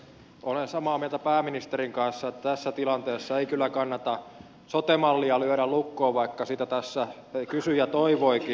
olen samaa mieltä pääministerin kanssa että tässä tilanteessa ei kyllä kannata sote mallia lyödä lukkoon vaikka sitä tässä kysyjä toivoikin